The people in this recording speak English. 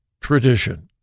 tradition